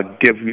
give